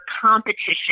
competition